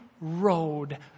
road